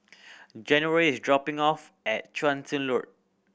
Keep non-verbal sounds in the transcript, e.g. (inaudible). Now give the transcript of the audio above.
January is dropping off at Chu (unintelligible) Road